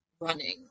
running